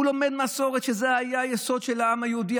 הוא לומד מסורת, שזה היה היסוד של העם היהודי.